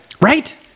Right